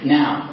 now